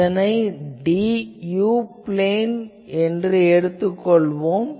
இதனை u plane என எடுத்துக் கொள்வோம்